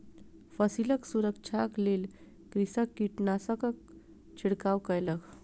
फसिलक सुरक्षाक लेल कृषक कीटनाशकक छिड़काव कयलक